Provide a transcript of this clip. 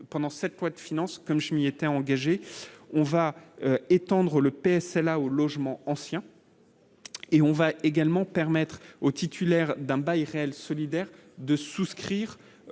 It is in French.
pendant cette loi de finances, comme je m'y étais engagé, on va étendre le PS la aux logements anciens. Et on va également permettre aux titulaires d'un bail réel solidaire de souscrire